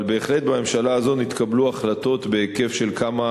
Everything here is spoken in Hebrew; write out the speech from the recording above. אבל בהחלט בממשלה הזו נתקבלו החלטות בהיקף של כמה